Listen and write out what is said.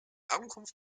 ankunft